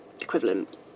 equivalent